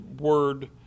word